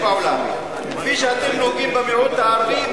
בעולם כפי שאתם נוהגים במיעוט הערבי,